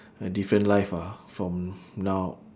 a different life ah from now